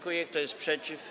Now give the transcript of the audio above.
Kto jest przeciw?